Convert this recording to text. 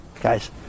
guys